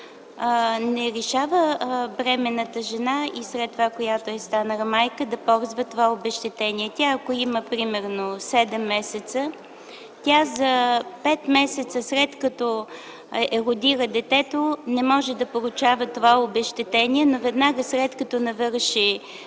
не лишава бременната жена и след това, която е станала майка, да ползва това обезщетение. Тя, ако има примерно седем месеца, за пет месеца, след като е родила детето, не може да получава това обезщетение, но веднага след като навърши